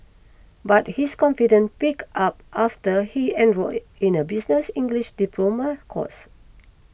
but his confidence picked up after he enrolled in a business English diploma course